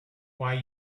why